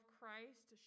Christ